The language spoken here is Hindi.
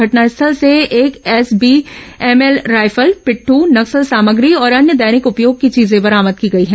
घटनास्थल से एक एसबीएमएल राइफल पिट्ठू नक्सल सामग्री और अन्य दैनिक उपयोग की चीजें बरामद की गई हैं